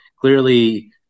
Clearly